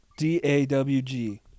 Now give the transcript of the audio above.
D-A-W-G